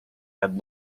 had